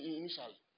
initially